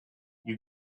you